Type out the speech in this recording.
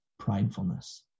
pridefulness